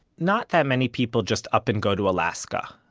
not that many people just up and go to alaska.